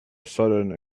sudden